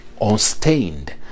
unstained